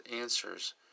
answers